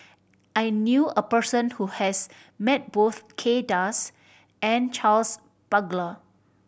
I knew a person who has met both Kay Das and Charles Paglar